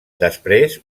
després